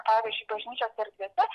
pavyzdžiui bažnyčios erdvėse